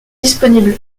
disponible